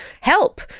help